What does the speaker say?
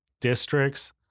districts